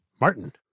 Martin